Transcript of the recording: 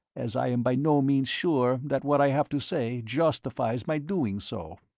as i am by no means sure that what i have to say justifies my doing so.